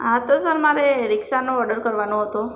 હા તો સર મારે રિક્ષાનો ઓડર કરવાનો હતો